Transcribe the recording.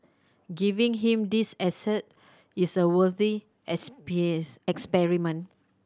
giving him these asset is a worthy experiment